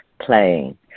playing